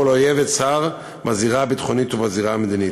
אויב וצר בזירה הביטחונית ובזירה המדינית.